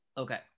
Okay